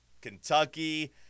Kentucky